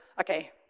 okay